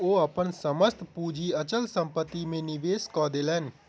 ओ अपन समस्त पूंजी अचल संपत्ति में निवेश कय देलैन